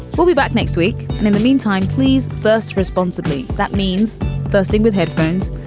we'll be back next week. and in the meantime, please, first, responsibly. that means bursting with headphones,